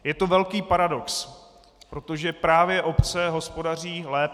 Je to velký paradox, protože právě obce hospodaří lépe.